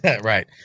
Right